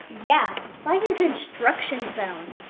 yeah, it's like a construction zone.